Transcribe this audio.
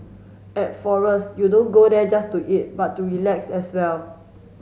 at Forest you don't go there just to eat but to relax as well